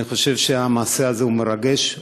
אני חושב שהמעשה הזה הוא מרגש.